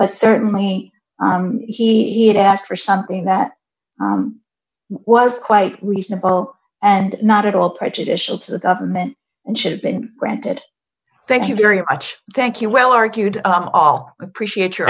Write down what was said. but certainly he had asked for something that was quite reasonable and not at all prejudicial to the government and should have been granted thank you very much thank you well argued all appreciate your